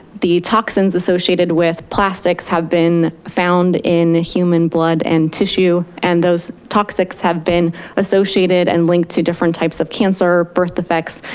the toxins associated with plastics have been found in human blood and tissue. and those toxins have been associated and linked to different types of cancer, birth defects,